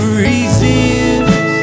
resist